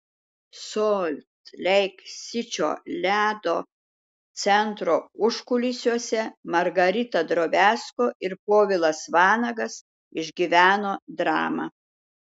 solt leik sičio ledo centro užkulisiuose margarita drobiazko ir povilas vanagas išgyveno dramą